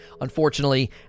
unfortunately